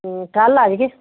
ਕੱਲ੍ਹ ਆਈਏ